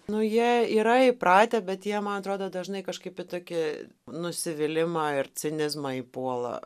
nu jie yra įpratę bet jie man atrodo dažnai kažkaip į tokį nusivylimą ir cinizmą įpuola